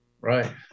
right